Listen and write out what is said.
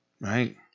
right